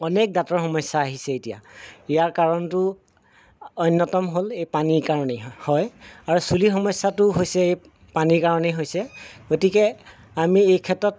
অনেক দাঁতৰ সমস্যা আহিছে এতিয়া ইয়াৰ কাৰণটো অন্যতম হ'ল এই পানীৰ কাৰণেই হয় আৰু চুলিৰ সমস্যাটো হৈছে পানীৰ কাৰণেই হৈছে গতিকে আমি এই ক্ষেত্ৰত